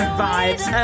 vibes